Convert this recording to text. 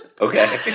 Okay